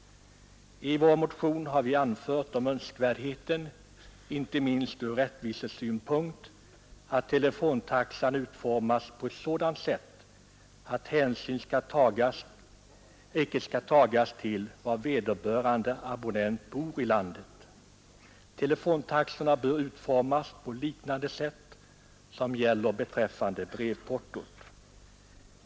I vår motion har vi pekat på önskvärdheten, inte minst ur rättvisesynpunkt, av att telefontaxan utformas på ett sådant sätt att hänsyn icke skall tagas till var vederbörande abonnent bor i landet. Telefontaxan bör utformas på liknande sätt som gäller beträffande brevportot.